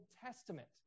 Testament